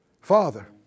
Father